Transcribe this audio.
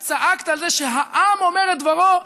את צעקת על זה שהעם אומר את דברו?